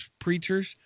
preachers